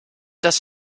das